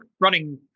running